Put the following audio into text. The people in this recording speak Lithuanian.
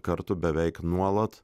kartų beveik nuolat